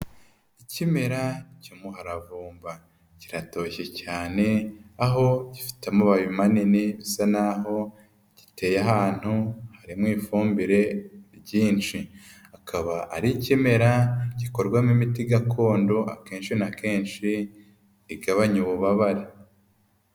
Ikimera cy'umuharavumba kiratoshye cyane aho gifite amababi manini bisa naho giteye ahantu harimo ifumbire nyinshi, akaba ari ikimera gikorwamo imiti gakondo akenshi na kenshi igabanya ububabare.